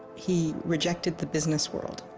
he rejected the business world